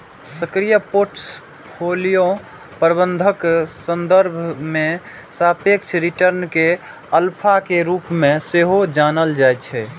सक्रिय पोर्टफोलियो प्रबंधनक संदर्भ मे सापेक्ष रिटर्न कें अल्फा के रूप मे सेहो जानल जाइ छै